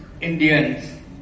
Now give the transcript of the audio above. Indians